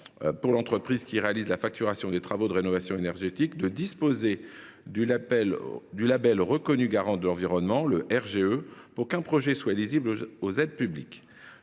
pour l’entreprise qui facture des travaux de rénovation énergétique de disposer du label Reconnu garant de l’environnement pour qu’un projet soit éligible aux aides publiques.